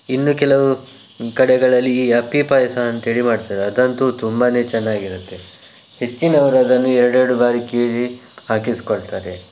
ಇನ್ನು ಕೆಲವು ಕಡೆಗಳಲ್ಲಿ ಈ ಅಪ್ಪಿ ಪಾಯಸ ಅಂತ ಹೇಳಿ ಮಾಡ್ತಾರೆ ಅದಂತೂ ತುಂಬಾನೆ ಚೆನ್ನಾಗಿರತ್ತೆ ಹೆಚ್ಚಿನವರದನ್ನು ಎರಡೆರಡು ಬಾರಿ ಕೇಳಿ ಹಾಕಿಸ್ಕೊಳ್ತಾರೆ